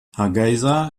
hargeysa